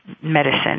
medicine